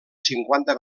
cinquanta